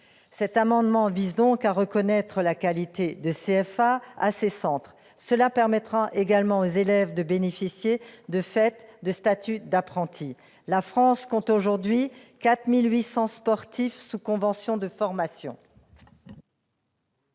Cet amendement vise à reconnaître la qualité de CFA à ces centres. Cela permettra également aux élèves de bénéficier, de fait, du statut d'apprenti. Je rappelle que la France compte aujourd'hui 4 800 sportifs sous convention de formation.